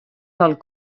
del